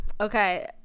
okay